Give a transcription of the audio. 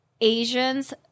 Asians